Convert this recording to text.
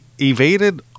evaded